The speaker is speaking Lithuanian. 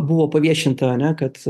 buvo paviešinta ane kad